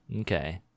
Okay